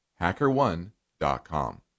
HackerOne.com